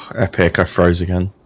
epic i froze again